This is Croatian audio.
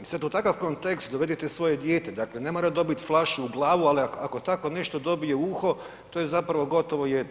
I sad u takav kontekst dovedite svoje dijete, dakle ne mora dobiti flašu u glavu, ali ako tako nešto dobije u uho to je zapravo gotovo jednako.